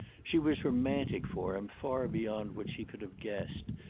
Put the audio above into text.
she was romantic for him far beyond what she could have guessed,